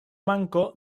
manko